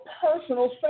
personal